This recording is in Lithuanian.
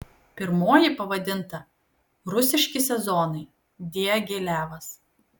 pirmoji pavadinta rusiški sezonai diagilevas